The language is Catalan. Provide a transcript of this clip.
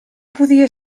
podia